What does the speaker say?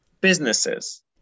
businesses